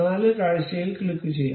നാല് കാഴ്ചയിൽ ക്ലിക്കുചെയ്യാം